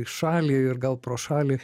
į šalį ir gal pro šalį